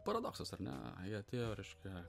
paradoksas ar ne jie atėjo reiškia